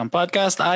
Podcast